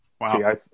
wow